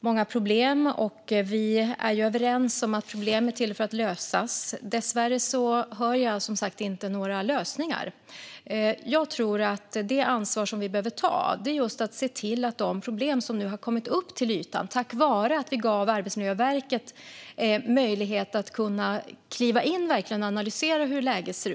många problem. Vi är överens om att problem är till för att lösas. Dessvärre hör jag som sagt inte några lösningar. Jag tror att det ansvar som vi behöver ta är att se över de problem som nu har kommit upp till ytan tack vare att vi gav Arbetsmiljöverket möjlighet att kliva in och verkligen analysera hur läget ser ut.